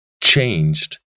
changed